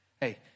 Hey